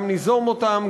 גם ניזום אותם,